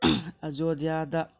ꯑꯌꯣꯙ꯭ꯌꯥꯗ